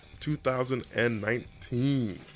2019